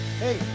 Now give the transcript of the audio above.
Hey